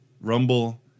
Rumble